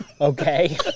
Okay